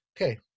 okay